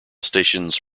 stations